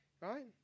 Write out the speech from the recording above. right